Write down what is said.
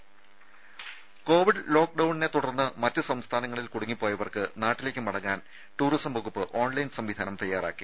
രുര കോവിഡ് ലോക്ഡൌണിനെ തുടർന്ന് മറ്റ് സംസ്ഥാനങ്ങളിൽ കുടുങ്ങിപ്പോയവർക്ക് നാട്ടിലേക്ക് മടങ്ങാൻ ടൂറിസം വകുപ്പ് ഓൺലൈൻ സംവിധാനം തയാറാക്കി